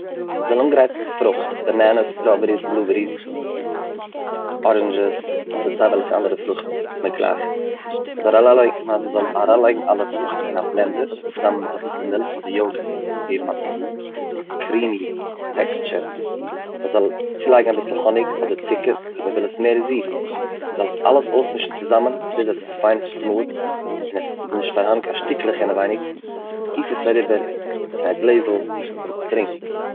מ'זאל אנגרייטן פרוכט, בענאנעס, סטראבעריס, בלובעריס, ארענדזשעס אדער סיי וועלכע אנדערע פרוכט מען גלייכט, מ'זאל אריין מ'זאל אריינלייגן אלע פרוכט אין א בלענדער צוזאמען מיט אביסל מילך אדער יאגורט צו געבן אביסל א קרימי טעקסטשור, מ'זאל צולייגן אביסל האניג אדער צוקער אויב מען וויל עס מער זיס, מען זאל עס אלעס אויסמישן צוזאמען ביז ס'איז פיין סמוט און עס איז נישט פארהאן קיין שטיקלעך אינעווייניג, גיס עס אריבער צו א גלעזל און טרינק.